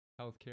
healthcare